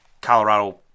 Colorado